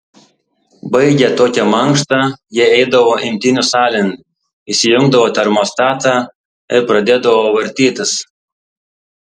baigę tokią mankštą jie eidavo imtynių salėn įsijungdavo termostatą ir pradėdavo vartytis